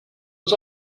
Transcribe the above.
uns